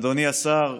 אדוני השר,